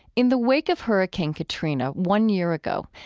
in the wake of hurricane katrina one year ago,